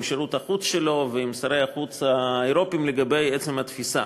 עם שירות החוץ שלו ועם שרי החוץ האירופים לגבי עצם התפיסה,